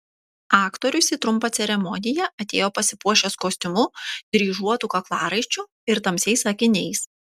aktorius į trumpą ceremoniją atėjo pasipuošęs kostiumu dryžuotu kaklaraiščiu ir tamsiais akiniais